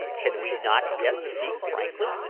can we not yet speak frankly?